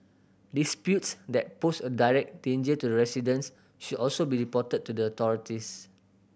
disputes that pose a direct danger to the residents should also be reported to the authorities